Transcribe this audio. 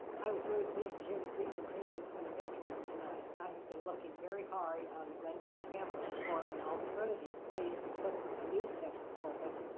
i was really pleased to hear the presentation from the veterans tonight. i have been looking very hard on the glendale campus for an alternative place to put a new center for them,